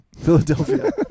Philadelphia